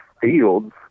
fields